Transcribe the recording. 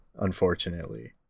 unfortunately